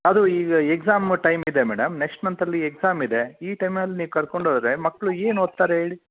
ಅದು ಈಗ exam time ಇದೆ ಮೇಡಮ್ ನೆಕ್ಷ್ಟ್ ಮಂತಲ್ಲಿ ಎಕ್ಸಾಮ್ ಇದೆ ಈ ಟೈಮಲ್ಲಿ ನೀವು ಕರ್ಕೊಂಡೋದರೆ ಮಕ್ಕಳು ಏನು ಓದ್ತಾರೆ ಹೇಳಿ